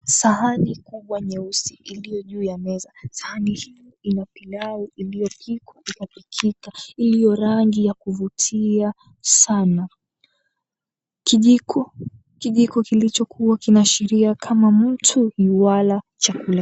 Sahani kubwa nyeusi iliyo juu ya meza. Sahani hii ina pilau iliyopikwa ikapikika, iliyo rangi ya kuvutia sana. Kijiko kilichokua kinaashiria kama mtu yuala chakula.